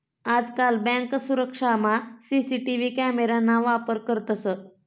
आजकाल बँक सुरक्षामा CCTV camera ना वापर करतंस